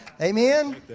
Amen